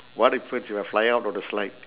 what happens if I fly out of the slide